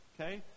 okay